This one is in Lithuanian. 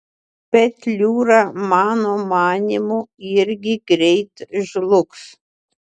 petliūra mano manymu irgi greit žlugs